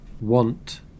want